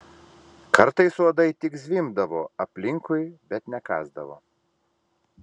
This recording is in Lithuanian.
kartais uodai tik zvimbdavo aplinkui bet nekąsdavo